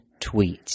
tweets